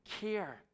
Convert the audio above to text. care